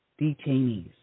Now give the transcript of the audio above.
detainees